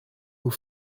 vous